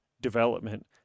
development